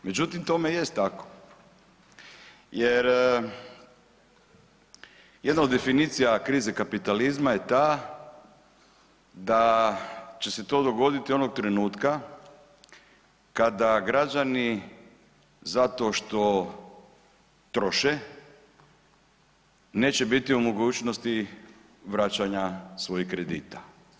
Međutim, tome jest tako jer jedna od definicija krize kapitalizma je ta da će se to dogoditi onog trenutka kada građani zato što troše neće biti u mogućnosti vraćanja svojih kredita.